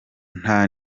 nta